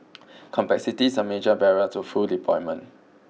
complexity is a major barrier to full deployment